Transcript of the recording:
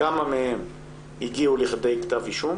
כמה מהם הגיעו לכדי כתב אישום